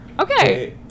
okay